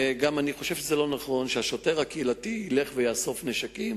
ואני גם חושב שזה לא נכון שהשוטר הקהילתי יאסוף נשקים